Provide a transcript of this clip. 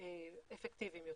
אפקטיביים יותר.